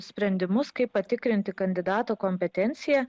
sprendimus kaip patikrinti kandidato kompetenciją